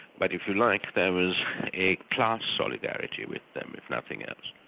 but if you like there was a class solidarity with them, if nothing else.